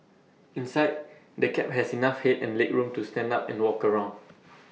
inside the cab has enough Head and legroom to stand up and walk around